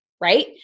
right